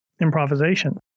improvisation